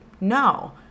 No